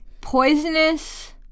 Poisonous